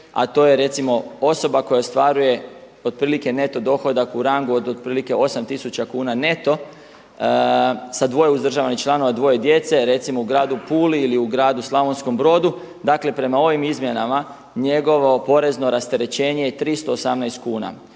a to je recimo osoba koja ostvaruje otprilike neto dohodak u rangu od otprilike 8 tisuća kuna neto sa dvoje uzdržavanih članova, dvoje djece recimo u Gradi Puli, ili Gradu Slavonskom Brodu dakle prema ovim izmjenama njegovo porezno rasterećenje je 318 kuna.